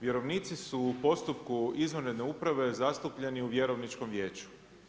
Vjerovnici su u postupku izvanredne uprave zastupljeni u vjerovničkom vijeću.